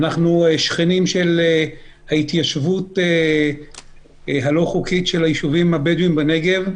ואנחנו שכנים של ההתיישבות הלא חוקית של הישובים הבדואים בנגב,